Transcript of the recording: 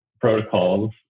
protocols